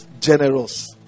Generous